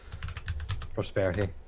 Prosperity